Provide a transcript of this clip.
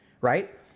right